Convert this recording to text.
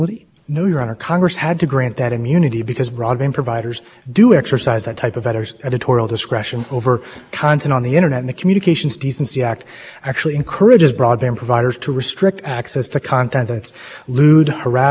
burden on speech because he didn't view broadband providers as speakers at all as the court wrote in verizon this is a compelled carriage obligation that applies in all circumstances and with respect to all edge providers the government's first in first amendment